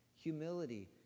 humility